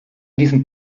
diesem